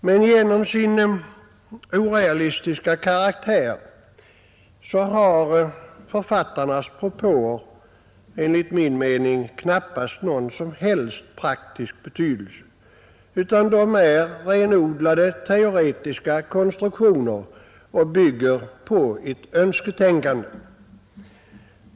Men genom sin orealistiska karaktär har författarnas propåer enligt min mening knappast någon som helst praktisk betydelse, utan de är renodlat teoretiska konstruktioner och bygger på ett önsketänkande.